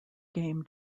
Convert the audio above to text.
game